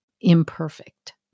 imperfect